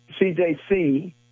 CJC